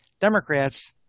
Democrats